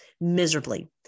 miserably